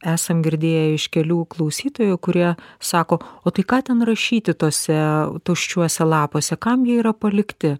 esam girdėję iš kelių klausytojų kurie sako o tai ką ten rašyti tuose tuščiuose lapuose kam jie yra palikti